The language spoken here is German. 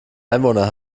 einwohner